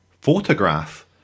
photograph